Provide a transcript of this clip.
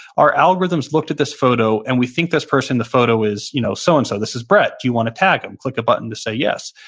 our algorithms looked at this photo, and we think this person in the photo is you know so and so. this is brett, do you want to tag him? click a button to say yes.